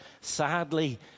sadly